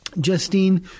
Justine